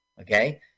Okay